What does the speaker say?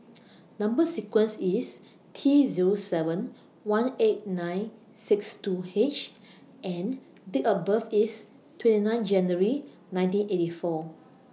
Number sequence IS T Zero seven one eight nine six two H and Date of birth IS twenty nine January nineteen eighty four